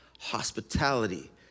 hospitality